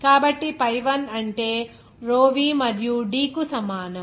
కాబట్టి pi1 అంటే rho v మరియు D కు సమానం